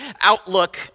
outlook